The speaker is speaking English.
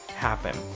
happen